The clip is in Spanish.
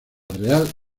real